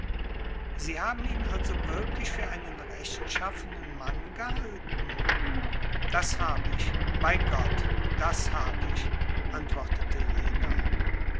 sie haben ihn also wirklich für einen rechtschaffenen mann gehalten das hab ich bei gott das hab ich antwortete jener